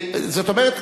זאת אומרת,